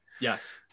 Yes